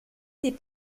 des